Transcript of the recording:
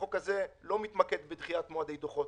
החוק הזה לא מתמקד בדחיית מועדי דוחות,